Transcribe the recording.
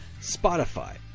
spotify